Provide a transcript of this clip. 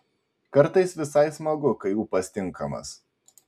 kartais visai smagu kai ūpas tinkamas